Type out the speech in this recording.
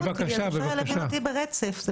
אפשר היה להבין אותי ברצף.